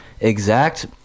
exact